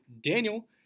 Daniel